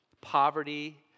poverty